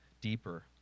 deeper